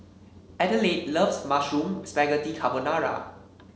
Adelaide loves Mushroom Spaghetti Carbonara